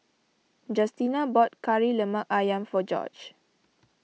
Justina bought Kari Lemak Ayam for Gorge